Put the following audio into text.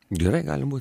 gerai gali būt